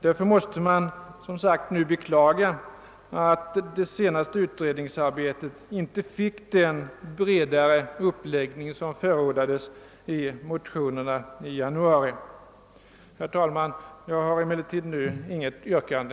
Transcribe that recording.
Därför måste man som sagt beklaga att det senaste utredningsarbetet inte fick den bredare uppläggning som förordades i motionen i januari. Herr talman, jag har emellertid nu inget yrkande.